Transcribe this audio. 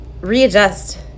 readjust